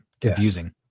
confusing